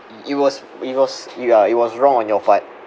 it was it was ya it was wrong on your part